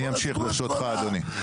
אני אמשיך, ברשותך, אדוני.